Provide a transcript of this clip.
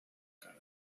kara